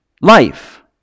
life